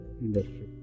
industry